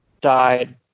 died